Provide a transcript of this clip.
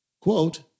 Quote